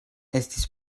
estis